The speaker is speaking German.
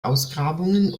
ausgrabungen